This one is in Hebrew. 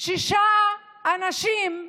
שישה אנשים,